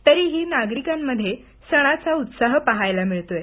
तरीही नागरिकांमध्ये सणाचा उत्साह पाहायला मिळतोय